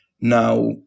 Now